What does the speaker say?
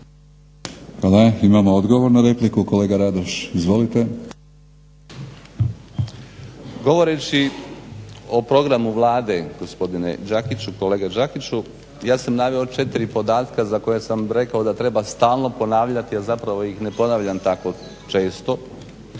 Hvala. Imamo odgovor na repliku, kolega Radoš. **Radoš, Jozo (HNS)** Govoreći o programu Vlade gospodine Đakiću, kolega Đakiću ja sam naveo 4 podataka za koja sam rekao da treba stalno ponavljati a zapravo ih ne ponavljam tako često.